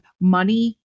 money